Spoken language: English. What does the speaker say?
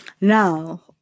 Now